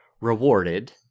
rewarded